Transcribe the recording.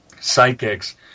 psychics